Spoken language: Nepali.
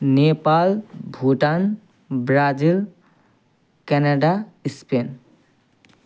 Nepal Bhutan Brazil Canada Spain